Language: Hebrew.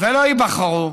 ולא ייבחרו,